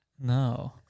No